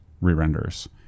re-renders